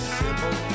simple